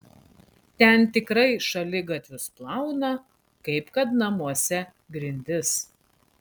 ten tikrai šaligatvius plauna kaip kad namuose grindis